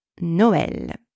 Noël